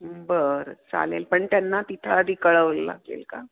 बरं चालेल पण त्यांना तिथं आधी कळवायला लागेल का